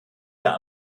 der